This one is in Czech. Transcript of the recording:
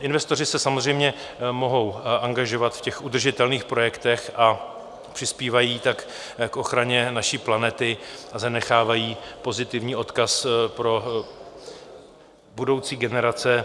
Investoři se samozřejmě mohou angažovat v udržitelných projektech, přispívají tak k ochraně naší planety a zanechávají pozitivní odkaz pro budoucí generace.